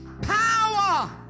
power